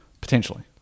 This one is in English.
potentially